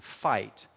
fight